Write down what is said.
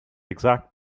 exact